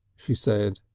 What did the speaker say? she said.